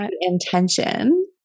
intention